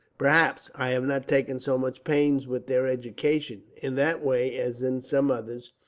perhaps i have not taken so much pains with their education, in that way, as in some others,